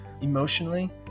emotionally